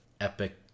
Epic